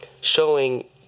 showing